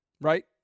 Right